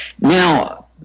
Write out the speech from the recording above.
Now